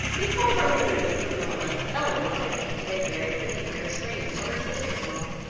before her removing from norland, elinor had painted a very pretty pair of screens for her sister-in-law,